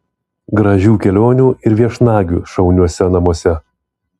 gražių kelionių ir viešnagių šauniuose namuose